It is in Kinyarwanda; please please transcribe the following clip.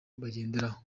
bagenderaho